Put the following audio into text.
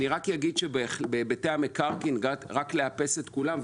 רק כדי לאפס את כולם,